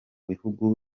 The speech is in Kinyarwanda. bihugu